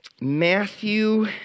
Matthew